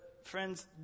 Friends